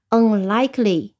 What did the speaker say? unlikely